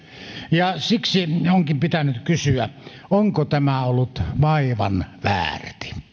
ja siksi onkin pitänyt kysyä onko tämä ollut vaivan väärti